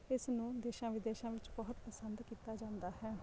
ਇਸ ਨੂੰ ਦੇਸ਼ਾਂ ਵਿਦੇਸ਼ਾਂ ਵਿੱਚ ਬਹੁਤ ਪਸੰਦ ਕੀਤਾ ਜਾਂਦਾ ਹੈ